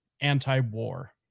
anti-war